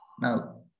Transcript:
Now